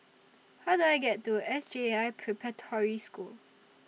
How Do I get to S J I Preparatory School